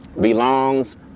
belongs